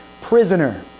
prisoner